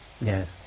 Yes